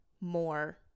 more